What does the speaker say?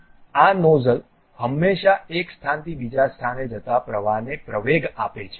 આ નોઝલ હંમેશાં એક સ્થાનથી બીજા સ્થાને જતા પ્રવાહને પ્રવેગ આપે છે